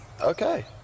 Okay